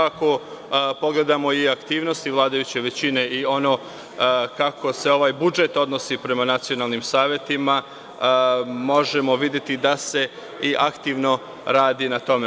Ako pogledamo i aktivnosti vladajuće većine i ono kako se ovaj budžet odnosi prema nacionalnim savetima, možemo videti da se i aktivno radi na tome.